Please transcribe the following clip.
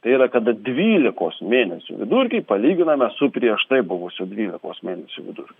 tai yra kada dvylikos mėnesių vidurkį palyginame su prieš tai buvusiu dvylikos mėnesių vidurkiu